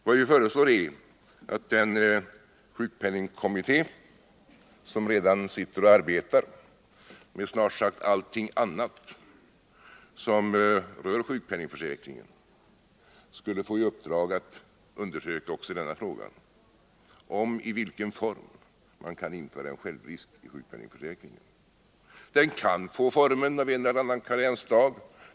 Vad vi föreslagit är att den sjukpenningkommitté som redan arbetar med snart sagt allting annat som rör sjukpenningförsäkringen skulle få i uppdrag att undersöka också frågan om i vilken form man kan införa en självrisk i sjukpenningförsäkringen. Den kan få formen av en eller annan karensdag.